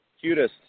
cutest